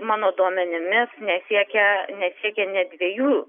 mano duomenimis nesiekia nesiekia net dviejų